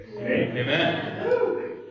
Amen